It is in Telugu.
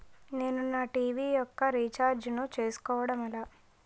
నేను నా టీ.వీ యెక్క రీఛార్జ్ ను చేసుకోవడం ఎలా?